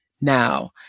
now